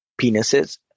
penises